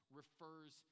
refers